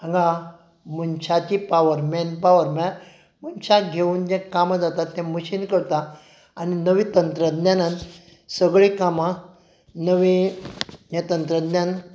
हांगा मनशाची power man power म्हळ्या मनशाक घेवन जे कामां जाता ते मशीन करता आनी नवें तंत्रज्ञानान सगळीं कामां नवीं हें तंत्रज्ञान